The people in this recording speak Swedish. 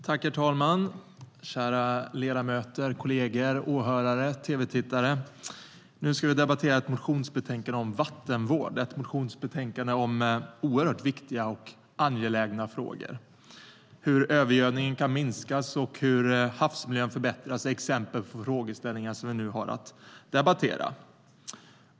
Herr talman! Kära ledamöter, kolleger, åhörare, tv-tittare! Nu ska vi debattera ett motionsbetänkande om vattenvård, ett motionsbetänkande om oerhört angelägna frågor. Hur övergödningen kan minskas och havsmiljön förbättras är exempel på frågeställningar som vi nu har att debattera.